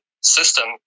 system